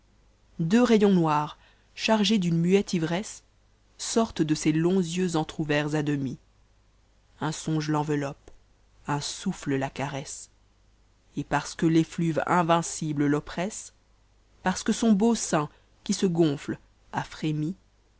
deux rayons noirs chargés d'une muette ivresse sortent de ses longs yeux entr'ouverts à demi un songe l'enveloppe un soume la caresse et parce que l'emuve invincible l'oppresse parce que son beau sein qui se gonoe a frémi